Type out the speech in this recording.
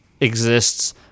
exists